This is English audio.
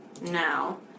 now